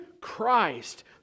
Christ